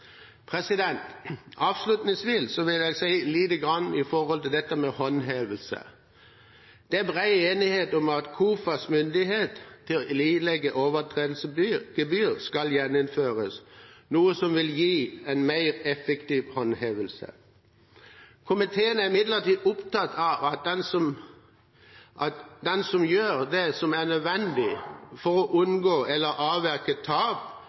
utsettes. Avslutningsvis vil jeg si litt om håndhevelse. Det er bred enighet om at KOFAs myndighet til å ilegge overtredelsesgebyr skal gjeninnføres, noe som vil gi en mer effektiv håndhevelse. Komiteen er imidlertid opptatt av at den som gjør det som er nødvendig for unngå eller avverge tap,